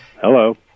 Hello